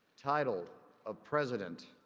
title of president,